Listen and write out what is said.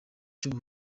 cy’u